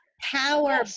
power